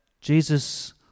Jesus